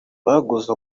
baguze